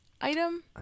item